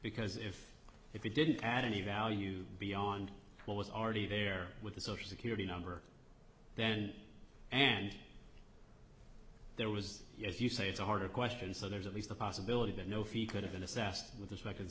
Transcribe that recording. because if if you didn't add any value beyond what was already there with the social security number then and there was as you say it's a harder question so there's at least a possibility that no fee could have been assessed with